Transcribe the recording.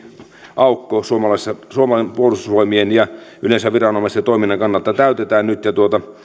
aukko suomen puolustusvoimien ja yleensä viranomaisten toiminnan kannalta täytetään nyt ja